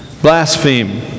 Blaspheme